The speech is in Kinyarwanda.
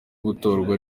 gutorwa